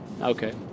Okay